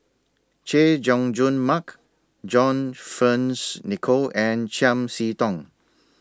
Chay Jung Jun Mark John Fearns Nicoll and Chiam See Tong